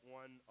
one